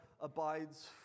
abides